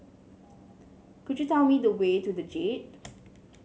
could you tell me the way to the Jade